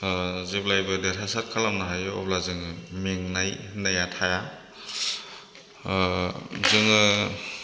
जेब्लायबो देरहासार खालामनो हायो अब्ला जोङो मेंनाय होननाया थाया जोङो